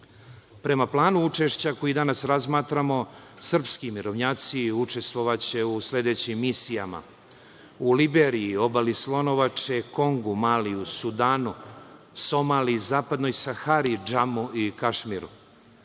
Prema planu učešća koji danas razmatramo srpski mirovnjaci učestvovaće u sledećim misijama u Liberiji, Obali Slonovače, Kongu, Malijusu, Sudanu, Somaliji, Zapadnoj Sahari, Džamu i Kašmiru.